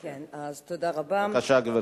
בבקשה, גברתי.